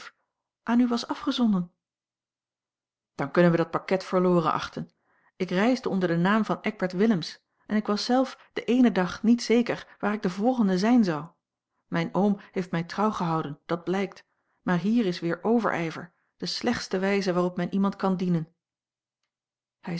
aan u was afgezonden dan kunnen wij dat pakket verloren achten ik reisde onder den naam van eckbert willemsz en ik was zelf den eenen dag niet zeker waar ik den volgende zijn zou mijn oom heeft mij trouw gehouden dat blijkt maar hier is weer overijver de slechtste wijze waarop men iemand kan dienen